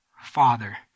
Father